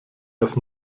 das